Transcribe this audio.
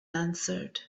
answered